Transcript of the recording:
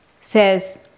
says